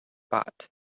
but